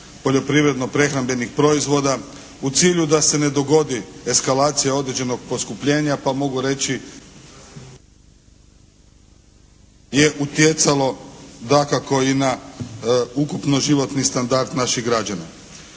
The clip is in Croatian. poljoprivredno-prehrambenih proizvoda u cilju da se ne dogodi eskalacija određenog poskupljenja pa mogu reći …/Govornik je isključen, ne čuje se./… je utjecalo dakako i na ukupno životni standard naših građana.